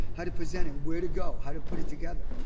how to present it, where to go, how to put it together.